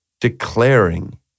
declaring